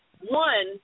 one